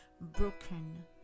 broken